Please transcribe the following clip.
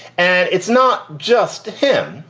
and it's not just him.